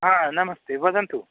हा नमस्ते वदन्तु